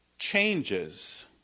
changes